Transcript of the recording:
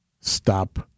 stop